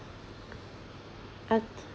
at